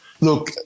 Look